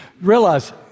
realize